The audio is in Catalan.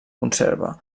conserva